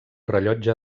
rellotge